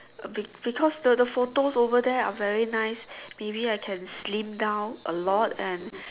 be~ because the the photos over there are very nice maybe I can slim down a lot and